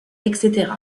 etc